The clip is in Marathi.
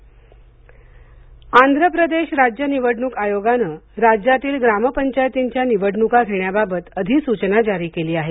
आंध्र प्रदेश आंध्र प्रदेश राज्य निवडणूक आयोगाने राज्यातील ग्राम पंचायतीच्या निवडणुका घेण्याबाबत अधिसूचना जारी केली आहे